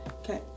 Okay